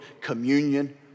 communion